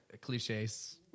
Cliches